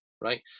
right